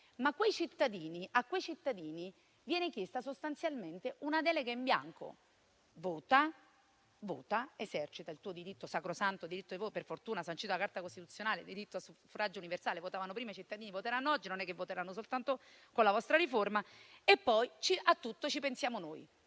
A quei cittadini viene chiesta sostanzialmente una delega in bianco: votate, esercitate il vostro sacrosanto diritto di voto (per fortuna, è sancito dalla Carta costituzionale il diritto al suffragio universale: votavano prima, i cittadini, e voteranno oggi, non è che voteranno soltanto con la vostra riforma) e poi a tutto pensiamo noi;